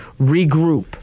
regroup